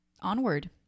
Onward